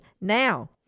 Now